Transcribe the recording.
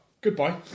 Goodbye